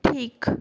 ঠিক